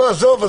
עזוב.